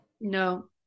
no